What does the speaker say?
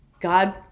God